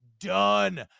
Done